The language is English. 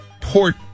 Port